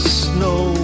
snow